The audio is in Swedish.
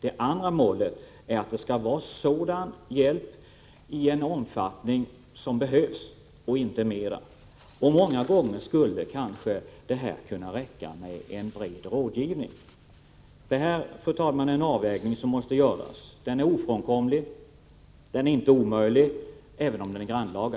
Det andra målet är att det skall vara sådan hjälp i den omfattning som behövs — inte mer. Många gånger skulle det kanske kunna räcka med en bred rådgivning. Det är, fru talman, en avvägning som måste göras. Den är ofrånkomlig. Den är inte omöjlig, även om den är grannlaga.